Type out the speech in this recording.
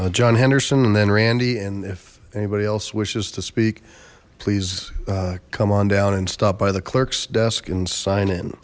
john henderson and then randi and if anybody else wishes to speak please come on down and stop by the clerk's desk and si